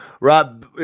Rob